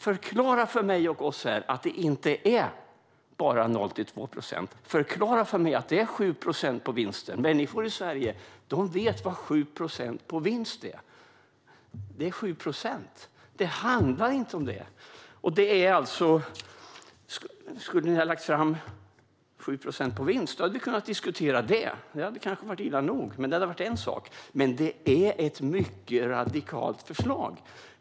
Förklara för mig och oss här att det inte är bara 0-2 procent! Förklara för mig att det är 7 procent på vinsten! Människor i Sverige vet vad 7 procent på vinst är: Det är 7 procent. Det handlar inte om detta. Om ni hade lagt fram förslag om 7 procent på vinst hade vi kunnat diskutera det. Det hade kanske varit illa nog, men det vore en sak. Det är ett mycket radikalt förslag.